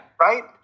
Right